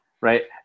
Right